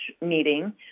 meeting